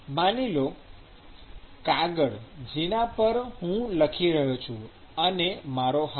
માની લો કાગળ જેના પર હું લખી રહ્યો છું અને મારો હાથ